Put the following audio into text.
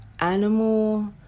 animal